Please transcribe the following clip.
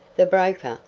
the broker,